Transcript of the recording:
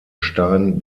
stein